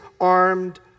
armed